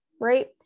right